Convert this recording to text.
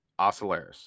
ocellaris